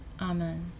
Amen